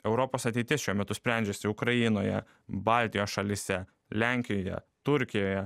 europos ateities šiuo metu sprendžiasi ukrainoje baltijos šalyse lenkijoje turkijoje